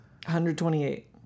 128